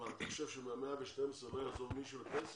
אתה חושב שמה-112 לא יעזוב מישהו לפנסיה?